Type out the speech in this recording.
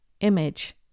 image